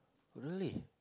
really